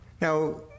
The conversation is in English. now